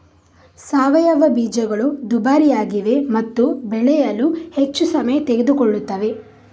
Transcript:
ಸಾವಯವ ಬೀಜಗಳು ದುಬಾರಿಯಾಗಿವೆ ಮತ್ತು ಬೆಳೆಯಲು ಹೆಚ್ಚು ಸಮಯ ತೆಗೆದುಕೊಳ್ಳುತ್ತವೆ